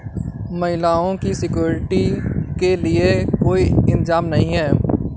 महिलाओं की सिक्योरिटी के लिए कोई इंतजाम नहीं है